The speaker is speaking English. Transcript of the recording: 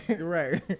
Right